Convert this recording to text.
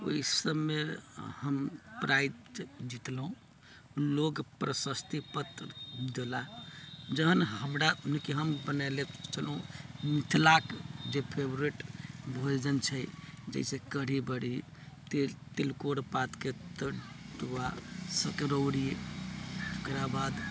ओइ सभमे हम प्राइज जितलहुँ लोग प्रशस्तिपत्र देला जहन हमरा मने कि हम बनेले छलहुँ मिथिलाके जे फेवरेट भोजन छै जैसे कढ़ी बड़ी तिल तिलकोर पातके तऽ तरुआ सकरौड़ी ओकरा बाद